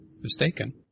mistaken